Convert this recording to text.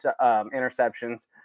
interceptions